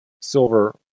silver